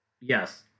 Yes